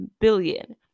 billion